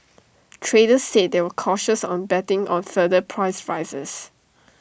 traders said they were cautious on betting on further price rises